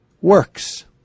works